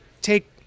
take